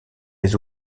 les